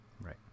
right